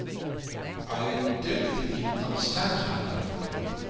i don't think you understand her, madame gordeloup.